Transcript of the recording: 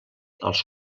als